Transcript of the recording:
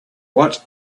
what